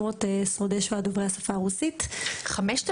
שורדי שואה דוברי השפה הרוסית --- 5000?